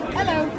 Hello